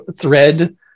thread